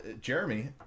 Jeremy